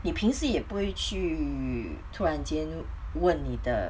你平时也不会去突然间问你的